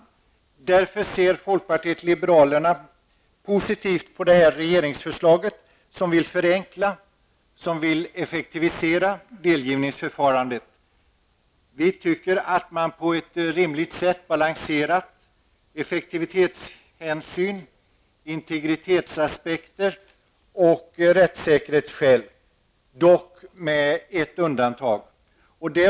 Folkpartiet liberalerna ser därför positivt på detta regeringsförslag som vill förenkla och effektivisera delgivningsförfarandet. Vi tycker att man på ett rimligt sätt har balanserat effektivitetshänsyn, integritetsaspekter och rättssäkerhetsskäl. Det har dock gjorts med ett undantag.